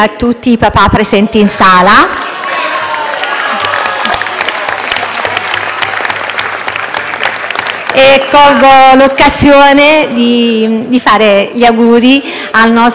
e colgo l'occasione per fare gli auguri al nostro presidente, Giuseppe Conte, per il suo onomastico.